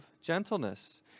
gentleness